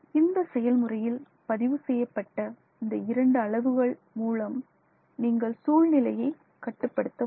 இந்த செயல்முறையில் பதிவு செய்யப்பட்ட இந்த இரண்டு அளவுகள் மூலம் நீங்கள் சூழ்நிலையை கட்டுப்படுத்த முடியும்